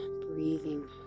breathing